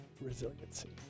resiliency